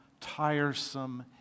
tiresome